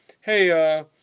Hey